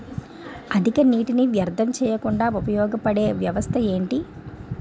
అధిక నీటినీ వ్యర్థం చేయకుండా ఉపయోగ పడే వ్యవస్థ ఏంటి